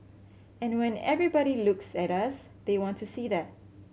and when everybody looks at us they want to see that